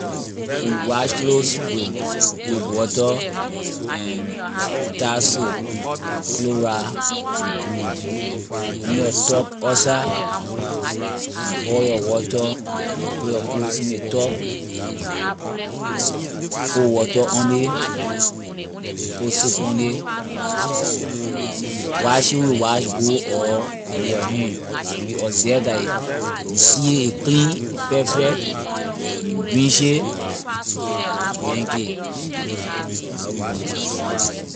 We wash clothes with water and tie soap chloride with blue. you bring your tub outside you haul your water you put your clothes in ley tub put water on it you put soap on it you wash it with washboard or with your hand if you observe that you see it a clean a perfect you rinse it you hang it. la how we can wash clothes.